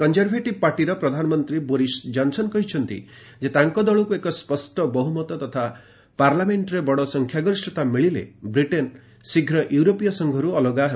conservative ପାର୍ଟିର ପ୍ରଧାନମନ୍ତ୍ରୀ Boris Johnson କହିଛନ୍ତି ଯେ ତାଙ୍କ ଦଳକୁ ଏକ ସ୍ୱଷ୍ଟ ବହୁମତ ତଥା ପାର୍ଲାମେଷ୍ଟରେ ବଡ଼ ସଂଖ୍ୟାଗରିଷ୍ଠତା ମିଳିଲେ ବ୍ରିଟେନ୍ ଶୀଘ୍ର ୟୁରୋପୀୟ ସଂଘରୁ ଅଲଗା ହେବ